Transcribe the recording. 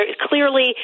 clearly